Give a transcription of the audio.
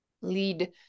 lead